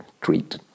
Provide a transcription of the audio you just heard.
treat